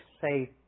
say